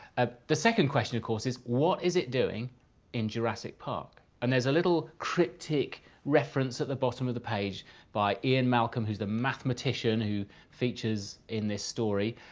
ah the second question, of course, is what is it doing in jurassic park? and there's a little cryptic reference at the bottom of the page by ian malcolm who's the mathematician who features in this story.